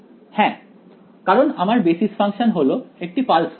হ্যাঁ কারণ আমার বেসিস ফাংশন হল একটি পালস ফাংশন